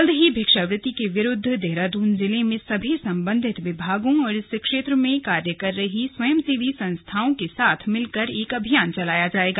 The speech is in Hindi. जल्द ही भिक्षावृत्ति के विरूद्व देहरादून जिले में सभी सम्बन्धित विभागों और इस क्षेत्र में कार्य कर रहे स्वयं सेवी संस्थाओं के साथ मिलकर एक अभियान चलाया जाएगा